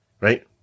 right